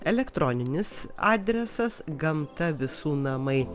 elektroninis adresas gamta visų namai